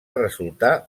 resultar